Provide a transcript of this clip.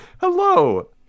Hello